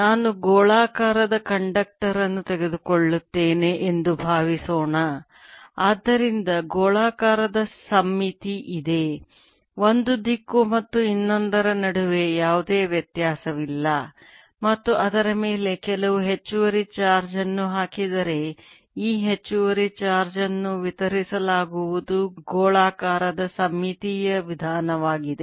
ನಾನು ಗೋಳಾಕಾರದ ಕಂಡಕ್ಟರ್ ಅನ್ನು ತೆಗೆದುಕೊಳ್ಳುತ್ತೇನೆ ಎಂದು ಭಾವಿಸೋಣ ಆದ್ದರಿಂದ ಗೋಳಾಕಾರದ ಸಮ್ಮಿತಿ ಇದೆ ಒಂದು ದಿಕ್ಕು ಮತ್ತು ಇನ್ನೊಂದರ ನಡುವೆ ಯಾವುದೇ ವ್ಯತ್ಯಾಸವಿಲ್ಲ ಮತ್ತು ಅದರ ಮೇಲೆ ಕೆಲವು ಹೆಚ್ಚುವರಿ ಚಾರ್ಜ್ ಅನ್ನು ಹಾಕಿದರೆ ಈ ಹೆಚ್ಚುವರಿ ಚಾರ್ಜ್ ಅನ್ನು ವಿತರಿಸಲಾಗುವುದು ಗೋಳಾಕಾರದ ಸಮ್ಮಿತೀಯ ವಿಧಾನವಾಗಿದೆ